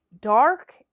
dark